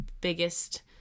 biggest